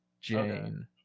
jane